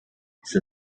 type